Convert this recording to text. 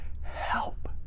help